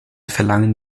verlangen